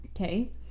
Okay